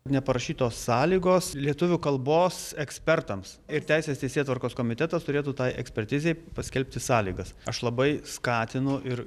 neparašytos sąlygos lietuvių kalbos ekspertams ir teisės teisėtvarkos komitetas turėtų tai ekspertizei paskelbti sąlygas aš labai skatinu ir